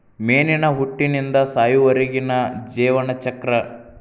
ಮೇನಿನ ಹುಟ್ಟಿನಿಂದ ಸಾಯುವರೆಗಿನ ಜೇವನ ಚಕ್ರ